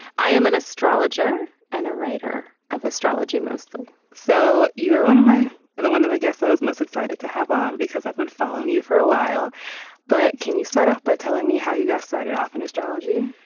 i am an astrologer and a writer of astrology mostly so you are one of my and one of my guests. i was most excited to have on because i've been following you for a while but can you start off by telling me how you got started off in astrology.